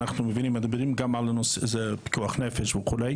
ואנחנו מבינים שזה פיקוח נפש וכו'.